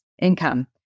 income